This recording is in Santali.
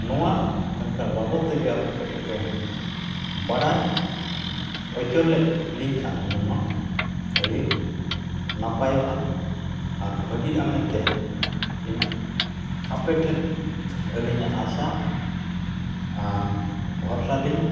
ᱱᱚᱣᱟ ᱯᱮᱱ ᱠᱟᱨᱰ ᱵᱟᱵᱚᱫ ᱛᱮᱜᱮ ᱟᱯᱮ ᱠᱟᱹᱴᱤᱡ ᱯᱮ ᱵᱟᱲᱟᱭ ᱦᱚᱪᱚ ᱞᱮᱫ ᱞᱤᱧ ᱠᱷᱟᱱ ᱦᱩᱱᱟᱹᱝᱚᱜ ᱟᱨ ᱟᱹᱰᱤ ᱱᱟᱯᱟᱭᱚᱜᱼᱟ ᱟᱨ ᱵᱷᱟᱹᱜᱤᱜᱼᱟ ᱢᱮᱱᱛᱮ ᱤᱧ ᱟᱯᱮ ᱴᱷᱮᱱ ᱟᱹᱞᱤᱧᱟᱜ ᱟᱥᱟ ᱟᱨ ᱵᱷᱚᱨᱥᱟ ᱞᱤᱧ